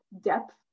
depth